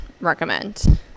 Recommend